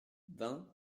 vingt